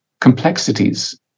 complexities